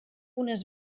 unes